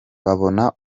babona